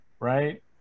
right